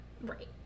Right